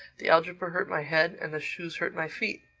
the algebra hurt my head and the shoes hurt my feet.